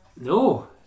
no